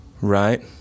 right